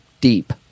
deep